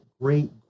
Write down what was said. great